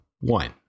one